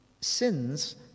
sins